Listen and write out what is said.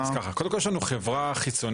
כמו שאמרתי גם בדיון על החברה הערבית,